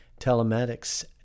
telematics